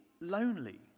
lonely